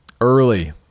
early